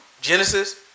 Genesis